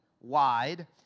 wide